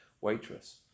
waitress